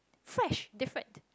fresh different